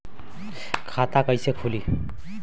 खाता कईसे खुली?